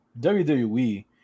WWE